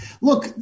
look